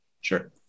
Sure